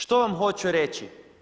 Što vam hoću reći?